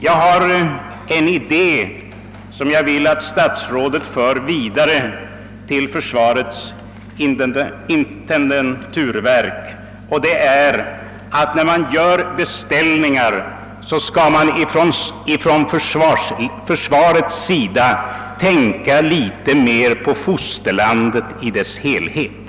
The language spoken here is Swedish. Jag har också en idé, som jag vill att statsrådet för vidare till försvarets intendenturverk, och det är att när man gör beställningar skall man från försvarets sida tänka litet mera på fosterlandet i dess helhet.